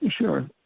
Sure